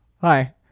hi